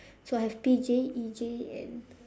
so I have P J E J and